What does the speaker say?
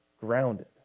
grounded